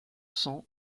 sangs